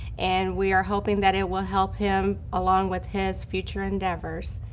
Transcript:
and we are hoping that it will help him along with his future endeavors.